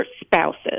Spouses